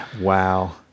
Wow